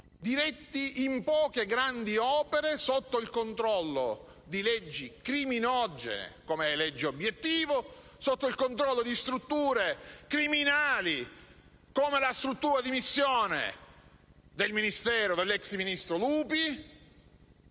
diretti verso poche grandi opere, sotto il controllo di leggi criminogene, come le leggi obiettivo, e di strutture criminali, come la struttura di missione del Ministero dell'ex ministro Lupi.